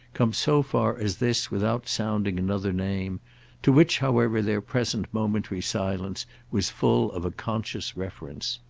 come so far as this without sounding another name to which however their present momentary silence was full of a conscious reference.